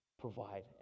provide